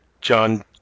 John